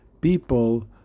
people